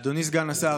אדוני סגן השר,